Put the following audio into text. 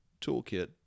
toolkit